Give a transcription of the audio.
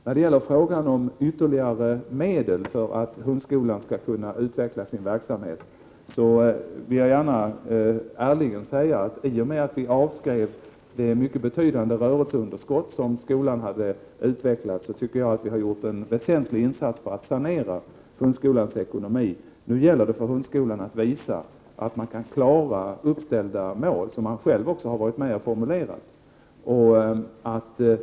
När det gäller frågan om ytterligare medel för att hundskolan skall kunna utveckla sin verksamhet vill jag ärligen säga att vi, i och med att vi avskrev det mycket betydande rörelseunderskott som skolan hade utvecklat, har gjort en väsentlig insats för att sanera hundskolans ekonomi. Nu gäller det för hundskolan att visa att den kan klara uppställda mål som den själv har varit med om att formulera.